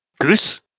Goose